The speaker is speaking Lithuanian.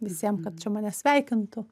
visiem kad čia mane sveikintų